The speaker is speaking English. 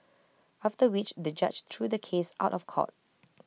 after which the judge threw the case out of court